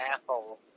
asshole